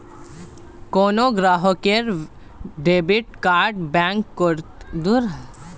কোনো গ্রাহকের debit card বন্ধ করতে গেলে সেটাকে ব্যাঙ্কের নিজের ওয়েবসাইটে গিয়ে করতে হয়ে